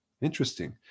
Interesting